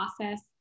process